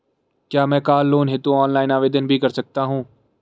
क्या मैं car loan हेतु ऑनलाइन आवेदन भी कर सकता हूँ?